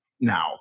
now